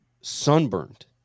sunburned